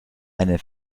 eine